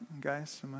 guys